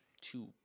two